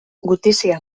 gutizia